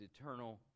eternal